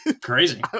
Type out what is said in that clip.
crazy